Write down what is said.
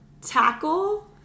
Tackle